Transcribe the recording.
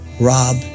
rob